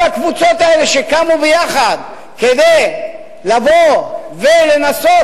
כל הקבוצות האלה שקמו ביחד כדי לבוא ולנסות